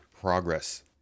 progress